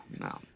no